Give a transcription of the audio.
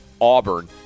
Auburn